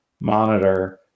monitor